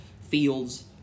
Fields